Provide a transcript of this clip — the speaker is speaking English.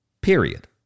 Period